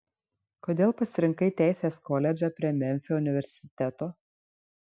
kodėl pasirinkai teisės koledžą prie memfio universiteto